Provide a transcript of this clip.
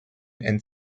and